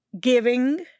giving